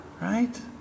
right